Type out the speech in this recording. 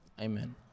amen